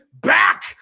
back